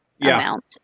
amount